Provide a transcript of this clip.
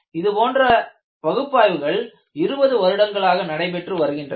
இதுபோன்ற பகுப்பாய்வுகள் 20 வருடங்களாக நடைபெற்று வருகின்றன